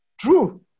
True